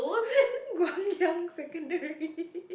Guang-Yang secondary